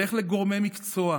לך לגורמי המקצוע,